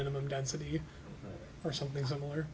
minimum density or something similar